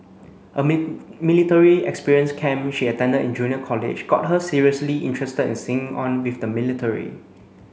a military experience camp she attended in junior college got her seriously interested in signing on with the military